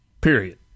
Period